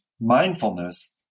mindfulness